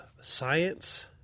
science